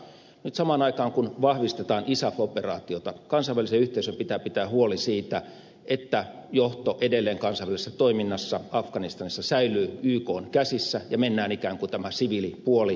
nyt samaan aikaan kun vahvistetaan isaf operaatiota kansainvälisen yhteisön pitää pitää huoli siitä että johto edelleen kansainvälisessä toiminnassa afganistanissa säilyy ykn käsissä ja mennään ikään kuin tämä siviilipuoli ja kehityspuoli edellä